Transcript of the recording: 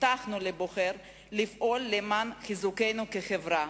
הבטחנו לבוחר לפעול למען חיזוקנו כחברה.